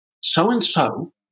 so-and-so